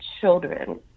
children